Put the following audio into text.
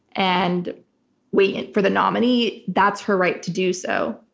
and wait for the nominee, that's her right to do so.